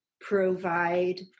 provide